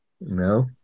No